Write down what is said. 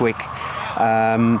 quick